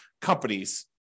companies